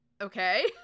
okay